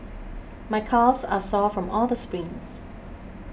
my calves are sore from all the sprints